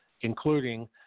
including